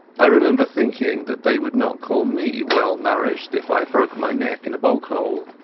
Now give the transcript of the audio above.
i remember thinking that they would not call me well-nourished if i broke my neck in a bog-hole.